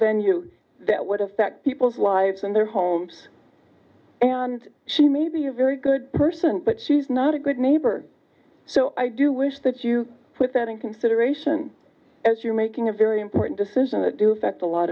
venue that would affect people's lives and their homes and she may be a very good person but she's not a good neighbor so i do wish that you put that in consideration as you're making a very important decision to do that a lot